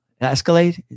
escalade